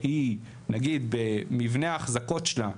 שנגיד מבנה האחזקות שלה,